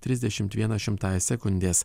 trisdešim vieną šimtąją sekundės